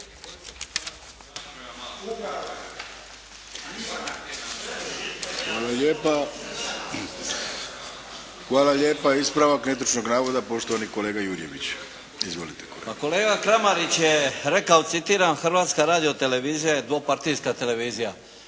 Hvala lijepa. Ispravak netočnog navoda poštovani kolega Jurjević. Izvolite, kolega. **Jurjević, Marin (SDP)** Pa kolega Kramarić je rekao, citiram, "Hrvatska radio-televizija je dvopartijska televizija.".